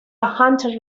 hunter